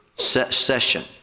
Session